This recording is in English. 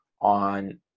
on